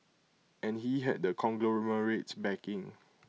and he had the conglomerate's backing